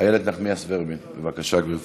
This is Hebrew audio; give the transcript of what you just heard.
איילת נחמיאס ורבין, בבקשה, גברתי.